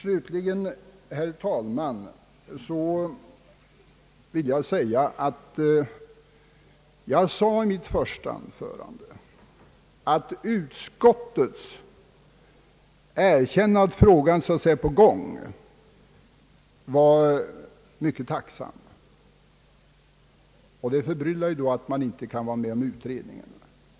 Slutligen, herr talman, vill jag framhålla att jag i mitt första anförande sade att jag är mycket tacksam för utskottets erkännande att frågan är på gång. Det förbryllar mig dock att utskottet inte vill tillstyrka en utredning.